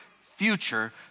future